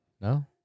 No